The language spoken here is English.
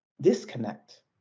disconnect